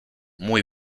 muy